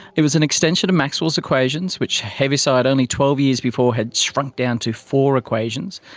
it was an extension of maxwell's equations which heaviside only twelve years before had shrunk down to four equations,